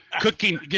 cooking